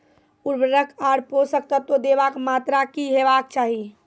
उर्वरक आर पोसक तत्व देवाक मात्राकी हेवाक चाही?